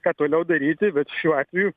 ką toliau daryti bet šiuo atveju